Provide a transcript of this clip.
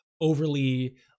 overly